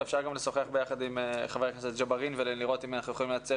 אפשר לשוחח עם חבר הכנסת ג'בארין ולראות אם אנחנו יכולים לייצר